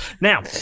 Now